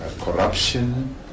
corruption